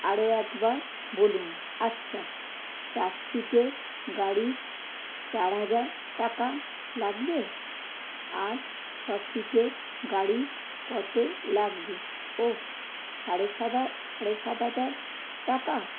আরো একবার বলুন আচ্ছা চার সীটের গাড়ি চার হাজার টাকা লাগবে আর ছ সীটের গাড়ির কতো লাগবে ওহ সাড়ে সাদা সাড়ে সাত হাজা র টাকা